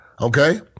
Okay